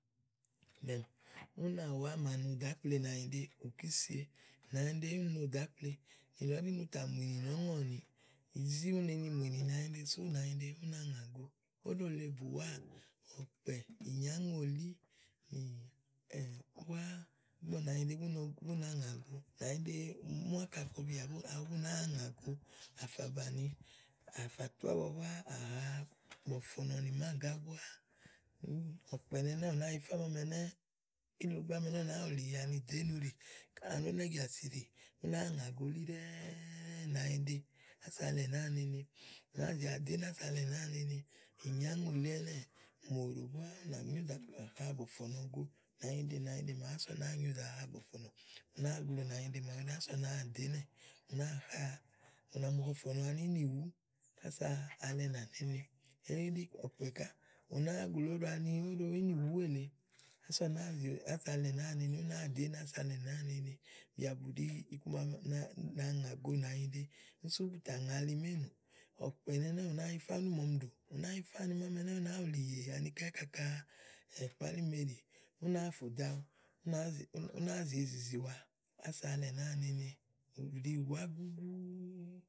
Dem, úna ùwá màa no dò ákple nànyiɖe, òkísie nànyiɖe úni no dò ákple nìlɔ ɖí ni ù tà mù ènìnɔ̀ɔ́ŋɔ nìiì. Izì ú ne ni mù ènì nànyiɖe sú nànyiɖe ú na ŋàgo. óɖò lèe bùwá, ɔ̀kpɛ̀, ìnyàŋolí bùwáígbɔ nànyiɖe búna ŋàgó nànyiɖe ùú mu ákà kɔbìà bú náá ŋàgo àfà bàni, afà bàni, afa tu ábua búá, àha bɔ̀fɔ̀nɔ̀ nì màágá búáà. ɔ̀kpɛ̀ nɛnɛ́ɛ̀ ù nàáa yifá mámi nɛnɛ́, Ilogo ámi ɛnɛ́ ú náa wùlì yè ani dèénu ɖì, áwú nájàsì ɖì, ú náa ŋàgo elí ɖɛ́ɛ́ɛ́ nànyiɖe ása alɛ nàáa nene. ú nàáa zì adò ínɛ ása alɛ nàáa nene. ìnyáŋòlí ɛnɛ́ɛ̀ mò ɖò ú náa nyo zàa ha bɔ̀fɔ̀nɔ̀ go nànyiɖe nànyiɖe màawu ása ú náa nyo zàa ha bɔ̀fɔ̀nɔ̀, ù nàáa glòo nànyiɖe màawu ása ú náa wa dò ínɛ̀ ù nàáa ha bɔ̀fɔ̀nɔ̀ ani íbi ínìwú ása alɛ nà nene elíɖí ɔ̀kpɛ̀ ká ù nàáa gloò óɖo ani óɖo ínìwú èle ása únáa dò ása alɛ nàáa nene ú náa dò ínɛ́. ása alɛ nàáa nene. Bìà bù ɖi iku ma na ŋàgo nànyiɖe sú bù tà ŋa li méènùù. ɔ̀kpɛ̀ ɛnɛ́ɛ̀ úni ɖí màa ɔmi ɖu, ù nàáa yifá ami ɛnɛ́ɛ̀ ú nàá wùlì yè anì kaka kpálime ɖì, ú náa fò dò awu, ú náa zì ezìzìwa ása alɛ nàá nene ùɖi ùwá gúgúú.